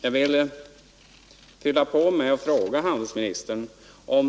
chilensk koppar Herr talman!